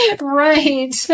right